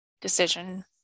decision